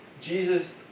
Jesus